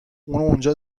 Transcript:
اونجا